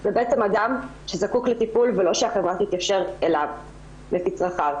זה בעצם אדם שזקוק לטיפול ולא כל החברה צריכה להתיישר לפי צרכיו.